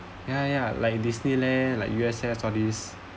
ya ya like disneyland like U_S_S all this